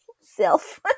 self